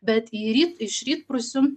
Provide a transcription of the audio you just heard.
bet į ryt iš rytprūsių